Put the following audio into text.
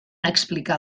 explicar